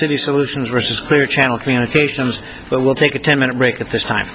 silly solutions versus clear channel communications so we'll take a ten minute break at this time